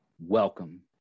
welcome